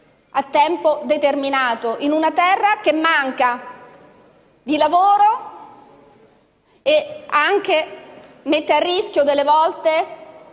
a tempo determinato, in una terra che manca di lavoro e mette a rischio, a volte,